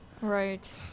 right